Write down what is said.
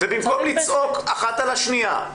במקום לצעוק אחת על השנייה,